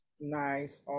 Nice